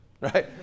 Right